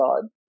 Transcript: God